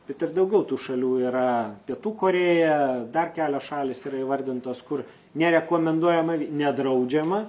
bet ir daugiau tų šalių yra pietų korėja dar kelios šalys yra įvardintos kur nerekomenduojama nedraudžiama